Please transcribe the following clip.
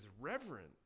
reverent